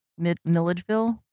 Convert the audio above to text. Millageville